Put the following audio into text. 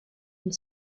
une